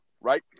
right